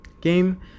game